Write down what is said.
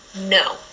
No